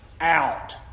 out